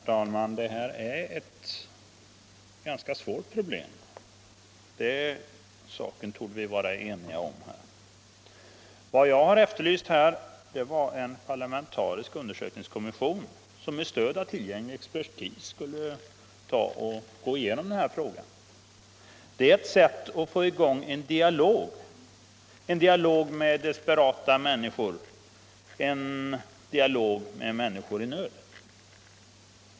Herr talman! Det här är ett ganska svårt problem. Den saken borde vi vara eniga om. Vad jag har efterlyst här är en parlamentarisk undersökningskommission, som med stöd av tillgänglig expertis skulle gå igenom frågan. Det är ett sätt att få i gång en dialog med desperata människor, en dialog med människor i nöd.